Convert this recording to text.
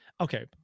Okay